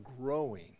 growing